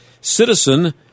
citizen –